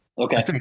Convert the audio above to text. Okay